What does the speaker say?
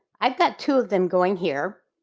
i've got two of them going here.